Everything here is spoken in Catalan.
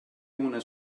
una